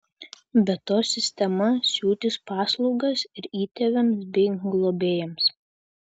be to sistema siūlys paslaugas ir įtėviams bei globėjams